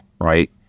right